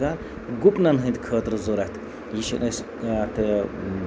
گُپنن ہٕندۍ خٲطرٕ ضوٚرتھ یہِ چھِ نہٕ اَسہِ تہٕ